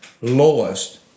lowest